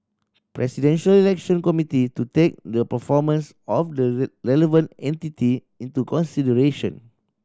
Presidential Election Committee to take the performance of the relevant entity into consideration